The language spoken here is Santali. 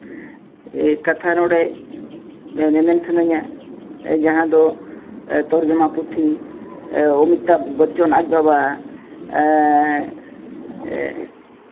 ᱠᱟᱛᱷᱟ ᱱᱚᱰᱮ ᱢᱮᱢᱮᱱ ᱥᱟᱱᱟᱧᱟ ᱡᱟᱦᱟᱸ ᱫᱚ ᱛᱚᱨᱡᱚᱢᱟ ᱯᱩᱛᱷᱤ ᱚᱢᱤᱛᱟᱵ ᱵᱚᱪᱚᱱ ᱟᱡ ᱵᱟᱵᱟ